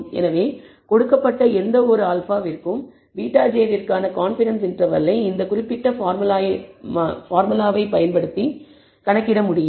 எனவே கொடுக்கப்பட்ட எந்த ஒரு α விற்கும் βj விற்கான கான்பிடன்ஸ் இன்டர்வெல்லை இந்த குறிப்பிட்ட பார்முலாவை பயன்படுத்தி கணக்கிட முடியும்